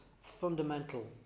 fundamental